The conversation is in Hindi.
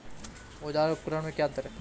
औज़ार और उपकरण में क्या अंतर है?